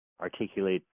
articulate